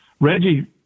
Reggie